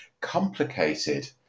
complicated